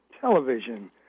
television